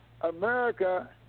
America